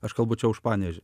aš kalbu čia už panevėžį